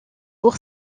pour